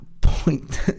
point